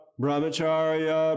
brahmacharya